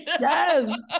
Yes